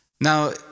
Now